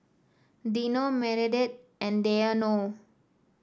Dino Meredith and Deion